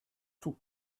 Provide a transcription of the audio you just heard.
tout